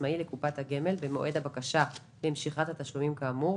העצמאי לקופת הגמל במועד הבקשה למשיכת התשלומים כאמור,